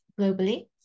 globally